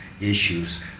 issues